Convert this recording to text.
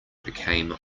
became